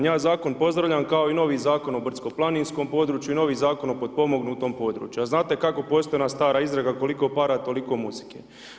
Ja zakon pozdravljam kao i novi Zakon o brdsko-planinskom području i novi Zakon o potpomognutom području a znate kako postoji ona stara izreka „Koliko para, toliko muzike“